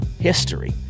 history